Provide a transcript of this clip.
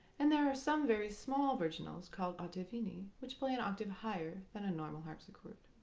and there are some very small virginals called ottavini, which play an octave higher than a normal harpsichord.